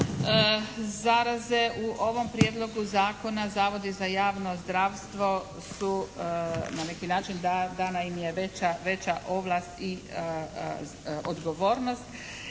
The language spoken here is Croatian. zaraze u ovom Prijedlogu zakona zavodi za javno zdravstvo su na neki način dana im je veća ovlast i odgovornost